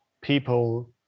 people